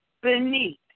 beneath